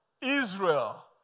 Israel